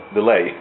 delay